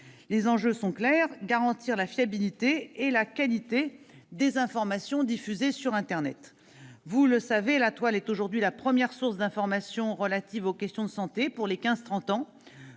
Les enjeux sont clairs : garantir la fiabilité et la qualité des informations diffusées sur internet. Vous le savez, la Toile est aujourd'hui la première source d'informations relatives aux questions de santé pour les jeunes